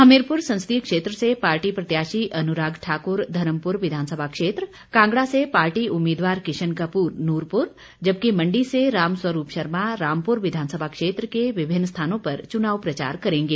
हमीरपुर संसदीय क्षेत्र से पार्टी प्रत्याशी अनुराग ठाकुर धर्मपुर विधानसभा क्षेत्र कांगड़ा से पार्टी उम्मीदवार किशन कपूर नूरपुर जबकि मंडी से रामस्वरूप शर्मा रामपुर विधानसभा क्षेत्र के विभिन्न स्थानों पर चुनाव प्रचार करेंगे